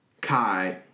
Kai